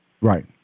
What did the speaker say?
Right